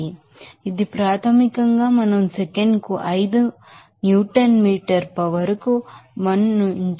కాబట్టి ఇది ప్రాథమికంగా మనం సెకనుకు 5 న్యూటన్ మీటర్ పవర్ కు 1 నుండి 10 power 6 వరకు రాయవచ్చు